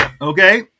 Okay